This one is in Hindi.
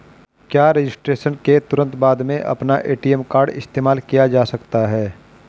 क्या रजिस्ट्रेशन के तुरंत बाद में अपना ए.टी.एम कार्ड इस्तेमाल किया जा सकता है?